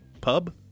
pub